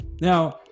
Now